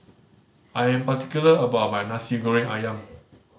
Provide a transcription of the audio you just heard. I am particular about my Nasi Goreng Ayam